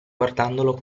guardandolo